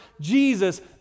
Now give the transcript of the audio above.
Jesus